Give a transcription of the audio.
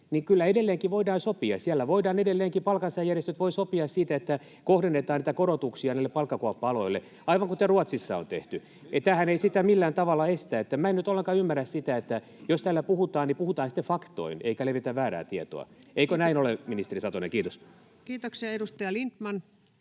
esitys tulee voimaan, voidaan sopia. Siellä edelleenkin palkansaajajärjestöt voivat sopia siitä, että kohdennetaan niitä korotuksia näille palkkakuoppa-aloille, aivan kuten Ruotsissa on tehty. Tämähän ei sitä millään tavalla estä. Minä en nyt ollenkaan ymmärrä sitä... Jos täällä puhutaan, niin puhutaan sitten faktoin eikä levitetä väärää tietoa. Eikö näin ole, ministeri Satonen? — Kiitos. [Veronika Honkasalo: